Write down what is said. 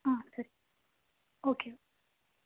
ಹಾಂ ಸರಿ ಓಕೆ